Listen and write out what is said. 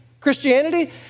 Christianity